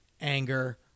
anger